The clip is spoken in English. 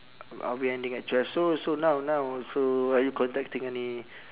are we ending at twelve so so now now so are you contacting any